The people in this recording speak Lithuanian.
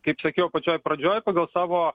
kaip sakiau pačioj pradžioj pagal savo